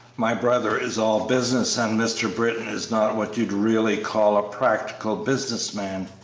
my brother is all business, and mr. britton is not what you'd really call a practical business man.